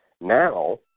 Now